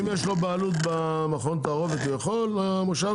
ואם יש לו בעלות במכון תערובת הוא יכול המושבניק?